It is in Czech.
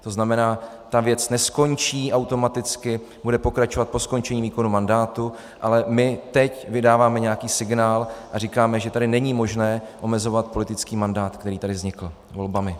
To znamená, ta věc neskončí automaticky, bude pokračovat po skončení výkonu mandátu, ale my teď vydáváme nějaký signál a říkáme, že tady není možné omezovat politický mandát, který tady vznikl volbami.